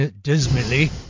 dismally